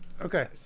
okay